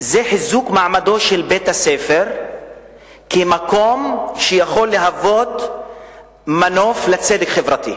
חיזוק מעמדו של בית-הספר כמקום שיכול להוות מנוף לצדק חברתי,